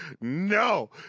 no